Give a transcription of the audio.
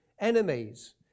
Enemies